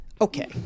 Okay